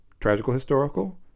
tragical-historical